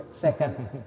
second